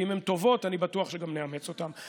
אם הן טובות, אני בטוח שגם נאמץ אותן.